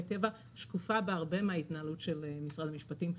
טבע שקופה בהרבה מההתנהלות של משרד המשפטים.